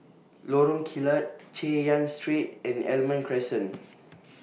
Lorong Kilat Chay Yan Street and Almond Crescent